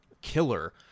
killer